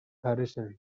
harrison